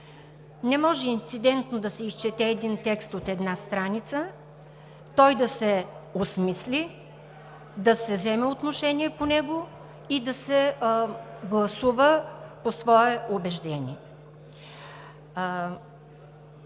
Не може инцидентно да се изчете текст от една страница, той да се осмисли, да се вземе отношение по него и да се гласува по свое убеждение.